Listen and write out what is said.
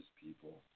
people